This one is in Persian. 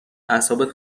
اعصابت